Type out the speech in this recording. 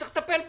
צריך לטפל בזה,